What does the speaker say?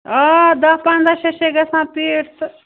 آ دَہ پَنٛداہ شَتھ چھےٚ گژھان پیٖٹۍ تہٕ